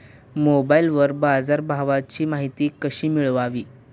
मोबाइलवर बाजारभावाची माहिती कशी मिळवावी?